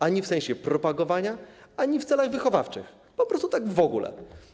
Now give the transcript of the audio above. Ani w sensie propagowania, ani w celach wychowawczych, po prostu tak w ogóle.